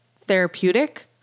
therapeutic